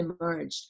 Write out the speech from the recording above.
emerged